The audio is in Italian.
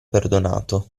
perdonato